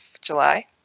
July